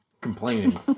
Complaining